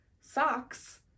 socks